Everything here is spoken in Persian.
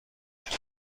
کرد